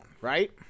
right